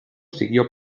siguió